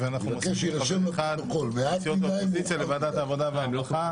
ההצעה להוספת חבר מסיעות האופוזיציה לוועדת העבודה והרווחה.